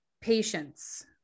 patience